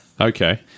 Okay